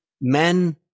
men